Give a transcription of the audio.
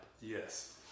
Yes